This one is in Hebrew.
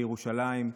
בירושלים,